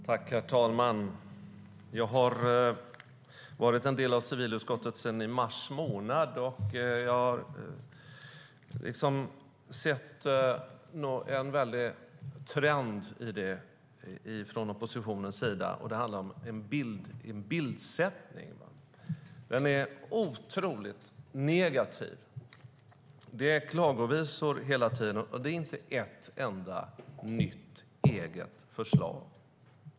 Herr talman! Jag har varit en del av civilutskottet sedan mars månad och har sett en trend från oppositionens sida. Det handlar om en bildsättning som är otroligt negativ. Det är klagovisor hela tiden, och det är inte ett enda nytt eget förslag.